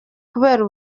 kubera